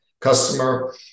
customer